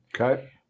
okay